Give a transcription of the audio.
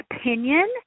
opinion